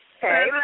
Hey